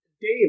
Dave